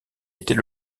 était